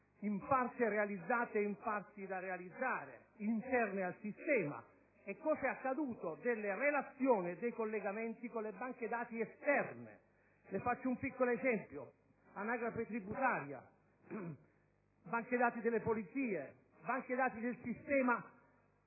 in parte realizzate e in parte da realizzare, interne al sistema. Che cosa è accaduto delle relazioni e dei collegamenti con le banche dati esterne? Le faccio un piccolo esempio: anagrafe tributaria, banche dati delle polizie, banche dati del sistema bancario.